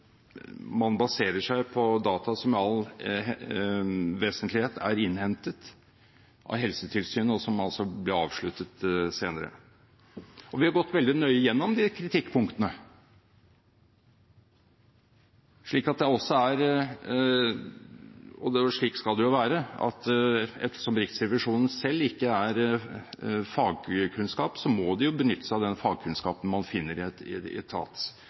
man baserer seg på data som i all vesentlighet er innhentet av Helsetilsynet, og som altså ble avsluttet senere. Vi har gått veldig nøye gjennom de kritikkpunktene, og slik skal det jo være, for ettersom Riksrevisjonen selv ikke har fagkunnskap, må de jo benytte seg av den fagkunnskapen man finner